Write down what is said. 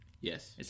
Yes